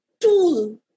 tool